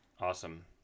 Awesome